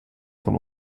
von